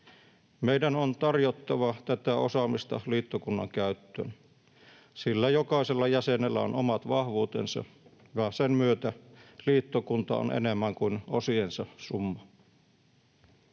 Meidän on tarjottava tätä osaamista liittokunnan käyttöön, sillä jokaisella jäsenellä on omat vahvuutensa, ja sen myötä liittokunta on enemmän kuin osiensa summa.